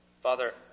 Father